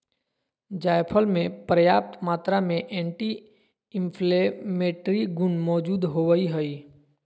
जायफल मे प्रयाप्त मात्रा में एंटी इंफ्लेमेट्री गुण मौजूद होवई हई